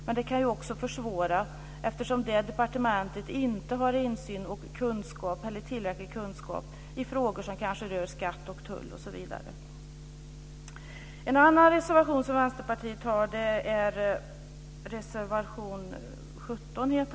Men det kan också försvåra eftersom det departementet inte har insyn och tillräcklig kunskap i frågor som rör skatt, tull osv. En annan reservation som Vänsterpartiet har är reservation 17.